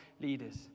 leaders